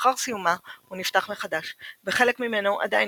ולאחר סיומה הוא נפתח מחדש וחלק ממנו עדיין